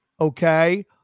okay